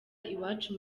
iwacu